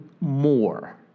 more